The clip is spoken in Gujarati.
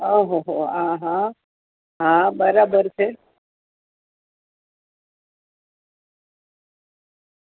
ઓહોહો અહં હા બરાબર છે